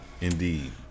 Indeed